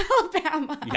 alabama